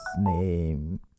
name